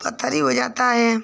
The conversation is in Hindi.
पथरी हो जाती है